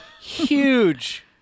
huge